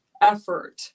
effort